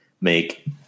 make